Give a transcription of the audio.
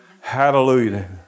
Hallelujah